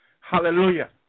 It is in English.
Hallelujah